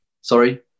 sorry